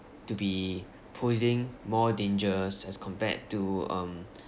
to be posing more dangers as compared to um